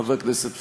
חבר הכנסת פריג'.